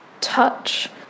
touch